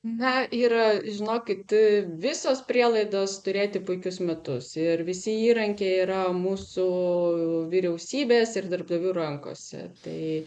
na yra žinokit visos prielaidos turėti puikius metus ir visi įrankiai yra mūsų vyriausybės ir darbdavių rankose tai